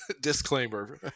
disclaimer